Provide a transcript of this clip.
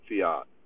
fiat